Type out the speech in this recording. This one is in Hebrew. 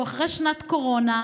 כי הוא אחרי שנת קורונה,